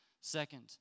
Second